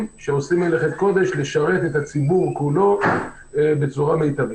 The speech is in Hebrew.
שעושים מלאכת קודש לשרת את הציבור כולו בצורה מיטבית.